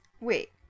wait